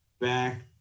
back